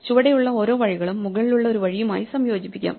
ചുവടെയുള്ള ഓരോ വഴികളും മുകളിലുള്ള ഒരു വഴിയുമായി സംയോജിപ്പിക്കാം